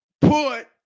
put